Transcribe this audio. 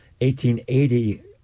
1880